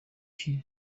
iki